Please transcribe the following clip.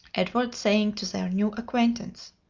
edward saying to their new acquaintance,